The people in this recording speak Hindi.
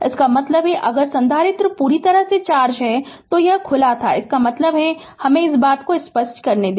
इसका मतलब है अगर संधारित्र पूरी तरह से चार्ज है और यह खुला था इसका मतलब है कि हमें इस बात को स्पष्ट करने दें